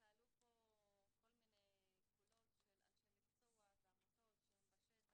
אני מאוד שמחה שעלו כאן כל מיני קולות של אנשי מקצוע ועמותות בשטח,